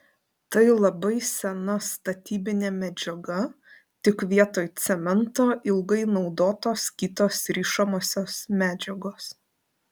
tai labai sena statybinė medžiaga tik vietoj cemento ilgai naudotos kitos rišamosios medžiagos